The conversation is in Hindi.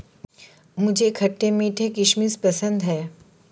मुझे खट्टे मीठे किशमिश पसंद हैं